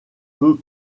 peut